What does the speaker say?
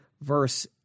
verse